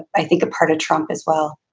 i think, a part of trump as well